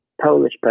Polish